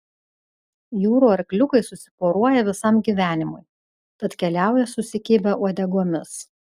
jūrų arkliukai susiporuoja visam gyvenimui tad keliauja susikibę uodegomis